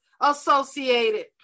associated